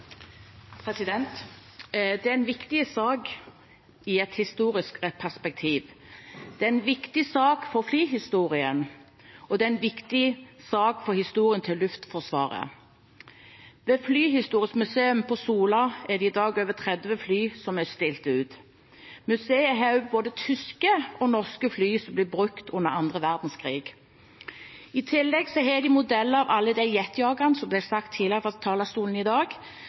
viktig sak for flyhistorien, og det er en viktig sak for historien til Luftforsvaret. Ved Flyhistorisk Museum Sola er det i dag over 30 fly som er stilt ut. Museet har både tyske og norske fly som ble brukt under annen verdenskrig. I tillegg har de modeller av alle de jetjagerne, som det ble sagt fra talerstolen tidligere i dag,